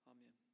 Amen